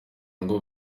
ngo